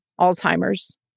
Alzheimer's